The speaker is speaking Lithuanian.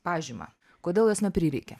pažymą kodėl jos neprireikė